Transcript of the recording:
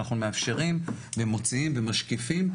אנחנו מאפשרים ומוציאים ומשקיפים,